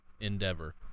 endeavor